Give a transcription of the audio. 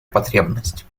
потребность